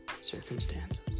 circumstances